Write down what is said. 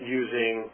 using